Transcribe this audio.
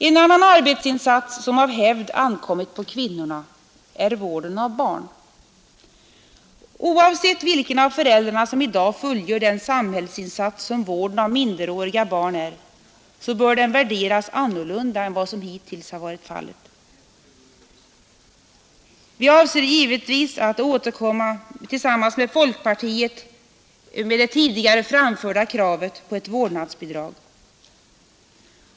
En annan arbetsinsats som av hävd ankommit på kvinnorna är vården av barn. Oavsett vilken av föräldrarna som i dag fullgör den samhällsinsats som vården av minderåriga barn är bör den värderas annorlunda än vad som hittills varit fallet. Vi avser givetvis att återkomma tillsammans med folkpartiet med det tidigare framförda kravet på ett vårdnadsbidrag.